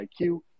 IQ